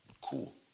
cool